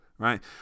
Right